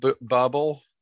bubble